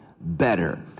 better